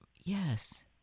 Yes